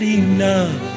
enough